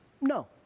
No